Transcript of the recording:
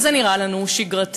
וזה נראה לנו שגרתי.